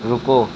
रुको